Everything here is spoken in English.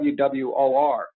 WWOR